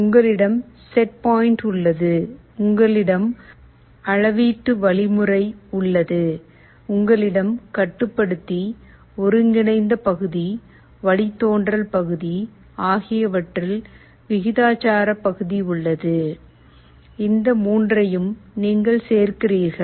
உங்களிடம் set point உள்ளது உங்களிடம் அளவீட்டு வழிமுறை உள்ளது உங்களிடம் கட்டுப்படுத்தி ஒருங்கிணைந்த பகுதி வழித்தோன்றல் பகுதி ஆகியவற்றில் விகிதாசார பகுதி உள்ளது இந்த மூன்றையும் நீங்கள் சேர்க்கிறீர்கள்